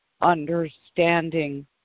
understanding